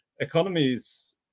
economies